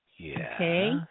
okay